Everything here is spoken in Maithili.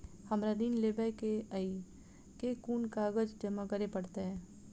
हमरा ऋण लेबै केँ अई केँ कुन कागज जमा करे पड़तै?